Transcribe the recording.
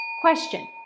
Question